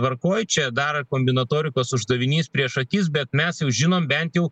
tvarkoj čia dar kombinatorikos uždavinys prieš akis bet mes jau žinom bent jau